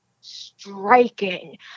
striking